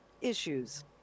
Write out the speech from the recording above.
issues